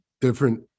different